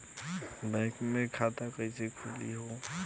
Bank मे खाता कईसे खुली हो?